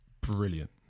brilliant